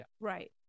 Right